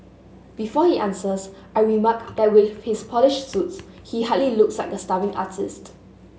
before he answers I remark that with his polished suits he hardly looks like a starving artist